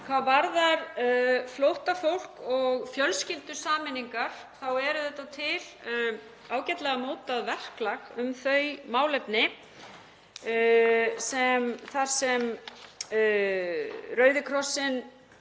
Hvað varðar flóttafólk og fjölskyldusameiningar er til ágætlega mótað verklag um þau málefni þar sem Rauði krossinn